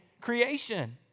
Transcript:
creation